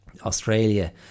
Australia